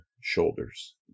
shoulders